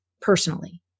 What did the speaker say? personally